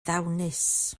ddawnus